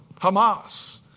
Hamas